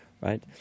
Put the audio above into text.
Right